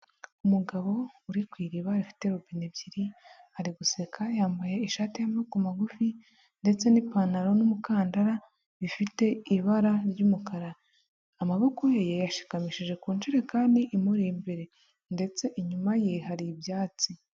Umugabo uri ku iriba rifite robine ebyiri ari guseka yambaye ishati y'amaboko magufi ndetse n'ipantaro n'umukandara bifite ibara ry'umukara amaboko ye yayashikamishije ku injerekani imuri imbere ndetse inyuma ye hari ibyatsi.